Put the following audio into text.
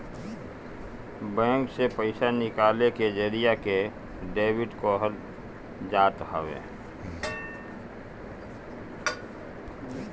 bank से पईसा निकाले के जरिया के डेबिट कहल जात हवे